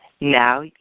now